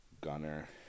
Gunner